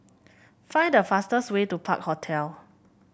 find the fastest way to Park Hotel